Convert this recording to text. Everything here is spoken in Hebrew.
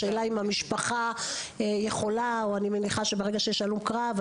השאלה היא האם המשפחה יכולה או אני מניחה שברגע שיש הלום קרב,